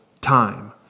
time